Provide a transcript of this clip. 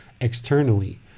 externally